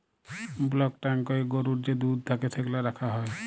block ট্যাংকয়ে গরুর যে দুহুদ থ্যাকে সেগলা রাখা হ্যয়